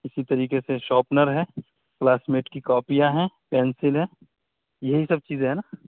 اسی طریقے سے شاپنر ہے کلاس میٹ کی کاپیاں ہیں پنسل ہیں یہی سب چیزیں ہیں نا